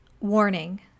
Warning